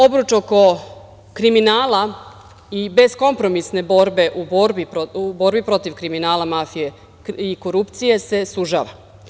Obruč oko kriminala i beskompromisne borbe u borbi protiv kriminala, mafije i korupcije se sužava.